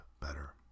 better